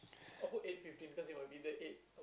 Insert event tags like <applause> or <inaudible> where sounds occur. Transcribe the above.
<breath>